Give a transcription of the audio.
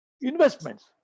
Investments